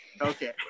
okay